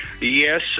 Yes